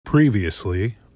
Previously